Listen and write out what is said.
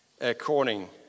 according